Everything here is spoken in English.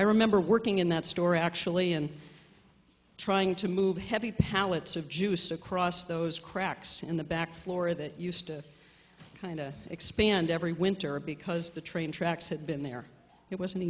i remember working in that store actually and trying to move heavy pallets of juice across those cracks in the back floor that used to kind of expand every winter because the train tracks had been there it was